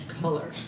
color